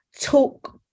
talk